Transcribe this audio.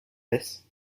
this